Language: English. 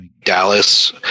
Dallas